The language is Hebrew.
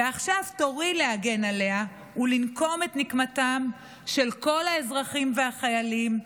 ועכשיו תורי להגן עליה ולנקום את נקמתם של כל האזרחים והחיילים,